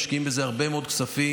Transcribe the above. משקיעים בזה הרבה מאוד כספים,